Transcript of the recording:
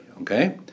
Okay